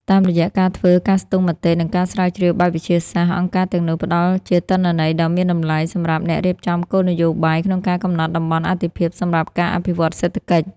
តាមរយៈការធ្វើការស្ទង់មតិ និងការស្រាវជ្រាវបែបវិទ្យាសាស្ត្រ អង្គការទាំងនោះផ្ដល់ជាទិន្នន័យដ៏មានតម្លៃសម្រាប់អ្នករៀបចំគោលនយោបាយ ក្នុងការកំណត់តំបន់អាទិភាពសម្រាប់ការអភិវឌ្ឍសេដ្ឋកិច្ច។